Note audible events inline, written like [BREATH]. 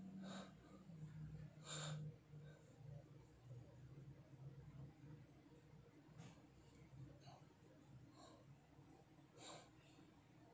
[BREATH]